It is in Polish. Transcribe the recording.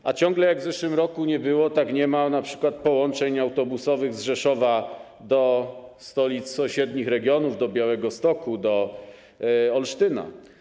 A jak nie było w zeszłym roku, tak nie ma, np. połączeń autobusowych z Rzeszowa do stolic sąsiednich regionów, do Białegostoku, do Olsztyna.